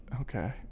Okay